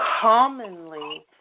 commonly